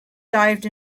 dived